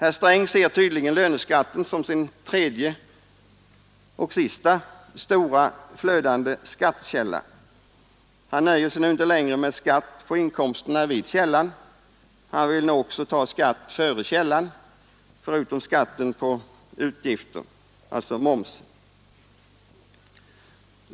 Herr Sträng ser tydligen löneskatten som sin tredje och sista stora flödande skattekälla. Han nöjer sig inte längre med skatt på inkomsterna vid källan. Han vill nu också ta skatt före källan, förutom skatten på utgifter — alltså momsen.